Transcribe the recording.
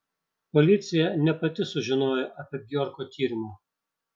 policija ne pati sužinojo apie bjorko tyrimą